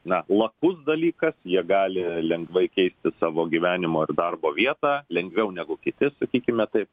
na lakus dalykas jie gali lengvai keisti savo gyvenimo ir darbo vietą lengviau negu kiti sakykime taip